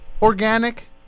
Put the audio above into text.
Organic